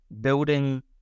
building